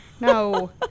No